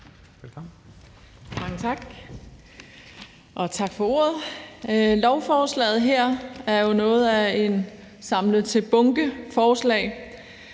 Velkommen.